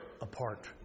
apart